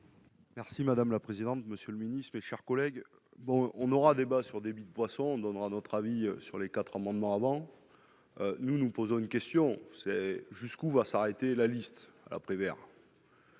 Merci madame la présidente, monsieur le Ministre, mes chers collègues, bon on aura débat sur David de Poisson donnera notre avis sur les quatre amendements avant, nous nous posons une question, c'est : jusqu'où va s'arrêter la liste à privé.